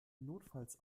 notfalls